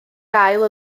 gael